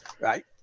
Right